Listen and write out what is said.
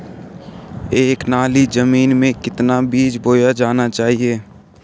एक नाली जमीन में कितना बीज बोया जाना चाहिए?